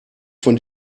von